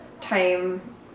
time